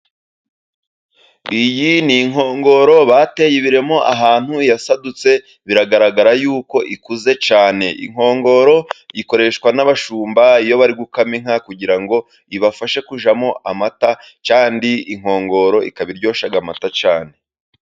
Iyi ni inkongoro bateye ibiremo ahantu yasadutse biragaragara yuko ikuze cyane .Inkongoro ikoreshwa n'abashumba iyo bari gukama inka kugira ngo ibafashe kujyamo amata ,kandi inkongoro ikaba iryoshya amata cyane.